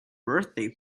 birthday